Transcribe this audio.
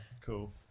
cool